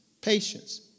patience